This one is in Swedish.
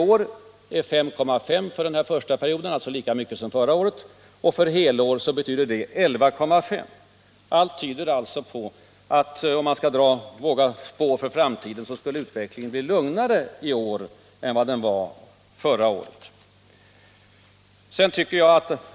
I år var det 5,5 för första kvartalet, dvs. lika mycket som förra året, och för helåret 11,5 96. Allt tyder alltså på - om man skulle våga spå om framtiden — att utvecklingen skulle bli lugnare i år än under förra året.